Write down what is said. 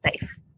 safe